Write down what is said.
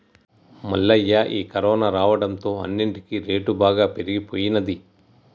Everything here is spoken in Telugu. మల్లయ్య ఈ కరోనా రావడంతో అన్నిటికీ రేటు బాగా పెరిగిపోయినది